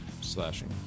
slashing